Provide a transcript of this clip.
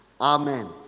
Amen